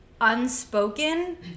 unspoken